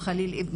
או בני הזוג,